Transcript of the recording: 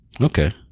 Okay